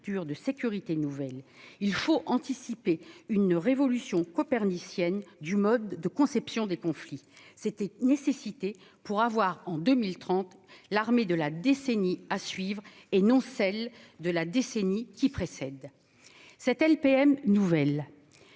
de sécurité nouvelle. [...] Il faut anticiper une révolution copernicienne du mode de conception des conflits [...]; c'est une nécessité pour avoir en 2030 les armées de la décennie à suivre et non celles de la décennie qui précède. » Cette LPM nouvelle,